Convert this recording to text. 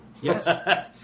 yes